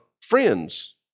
friends